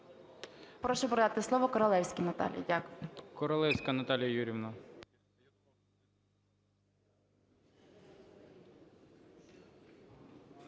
Прошу передати слово Королевській Наталії.